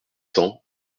cents